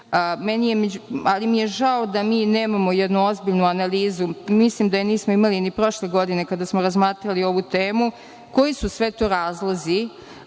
ali mi je žao da mi nemamo jednu ozbiljnu analizu, mislim da je nismo imali ni prošle godine kada smo razmatrali ovu temu, koji su sve to razlozi